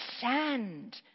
sand